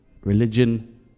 Religion